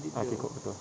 ah kekok betul